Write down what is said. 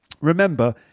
Remember